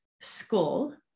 school